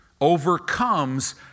overcomes